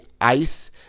ice